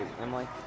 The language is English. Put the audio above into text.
Emily